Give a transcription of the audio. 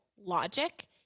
logic